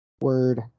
word